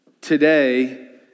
Today